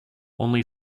only